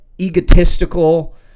egotistical